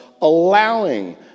allowing